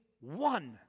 one